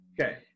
Okay